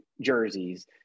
jerseys